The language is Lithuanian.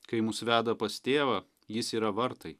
kai mus veda pas tėvą jis yra vartai